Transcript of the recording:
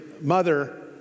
mother